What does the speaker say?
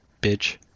bitch